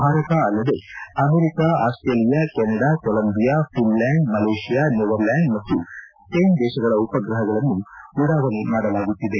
ಭಾರತ ಅಲ್ಲದೇ America Australia Canada Colombia Finland Malaysia Netherland ಮತ್ತು Spain ದೇಶಗಳ ಉಪ್ರಹಗಳನ್ನು ಉಡಾವಣೆ ಮಾಡಲಾಗುತ್ತಿದೆ